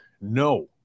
no